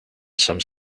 some